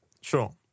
Sure